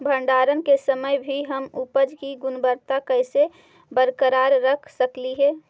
भंडारण के समय भी हम उपज की गुणवत्ता कैसे बरकरार रख सकली हे?